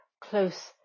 close